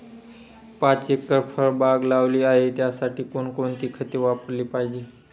पाच एकर फळबाग लावली आहे, त्यासाठी कोणकोणती खते वापरली पाहिजे?